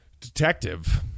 detective